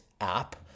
app